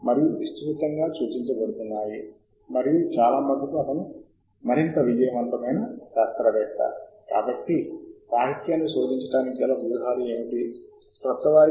ఆపై ఆ తరువాత మనము ఈ బటన్ పై క్లిక్ చేయవచ్చు Add to Marked జాబితా అది ప్రాథమికంగా చేసేది ఇ షాపింగ్ వెబ్సైట్ లాగా లేదా ఎలక్ట్రానిక్ కార్ట్ లాగా ఉంటుంది